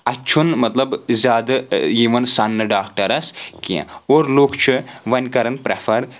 اَتہِ چھُنہٕ مطلب زیادٕ یِوَان سَننہٕ ڈاکٹرَس کینٛہہ اور لُکھ چھِ وۄنۍ کرَان پرَیٚفَر